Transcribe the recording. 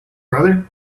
brother